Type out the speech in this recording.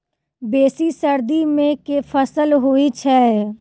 बेसी सर्दी मे केँ फसल होइ छै?